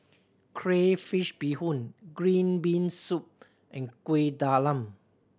crayfish beehoon green bean soup and Kuih Talam